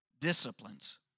disciplines